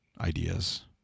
ideas